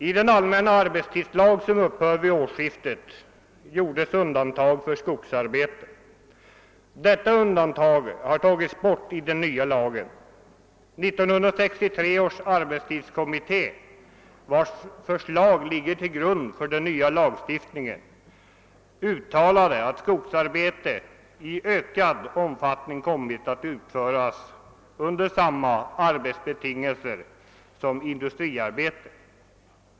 I den allmänna arbetstidslag som upphör vid årsskiftet gjordes ett undantag för skogsarbete. Detta undantag har tagits bort i den nya lagen. 1963 års arbetstidskommitté, vars förslag ligger till grund för den nya lagstiftningen, uttalade att skogsarbete i ökad omfattning kommit att utföras under samma betingelser som industriarbete.